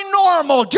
normal